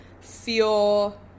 feel